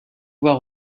voie